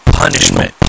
punishment